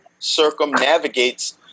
circumnavigates